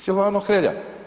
Silvano Hrelja.